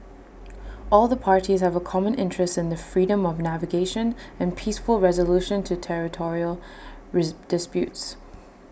all the parties have A common interest in the freedom of navigation and peaceful resolution to territorial disputes